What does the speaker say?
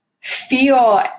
feel